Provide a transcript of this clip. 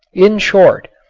in short,